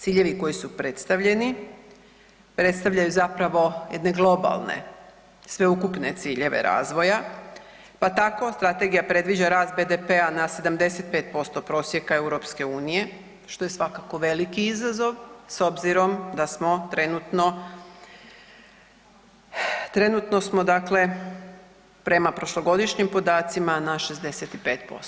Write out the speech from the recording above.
Ciljevi koji su predstavljeni, predstavljaju zapravo jedne globalne, sveukupne ciljeve razvoja pa tako strategija predviđa rast BDP-a na 75% prosjeka EU, što je svakako veliki izazov s obzirom da smo trenutno, trenutno smo dakle prema prošlogodišnjim podacima na 65%